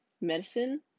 medicine